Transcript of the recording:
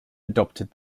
adopted